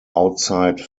outside